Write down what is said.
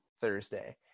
Thursday